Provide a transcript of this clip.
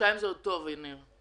חודשיים זה עוד טוב, ניר.